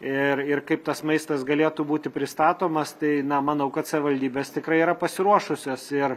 ir ir kaip tas maistas galėtų būti pristatomas tai na manau kad savivaldybės tikrai yra pasiruošusios ir